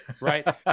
right